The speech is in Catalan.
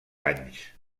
anys